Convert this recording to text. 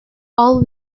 all